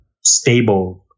stable